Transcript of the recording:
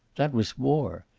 that was war.